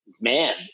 man